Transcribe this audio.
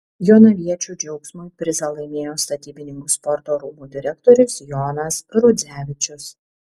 jonaviečių džiaugsmui prizą laimėjo statybininkų sporto rūmų direktorius jonas rudzevičius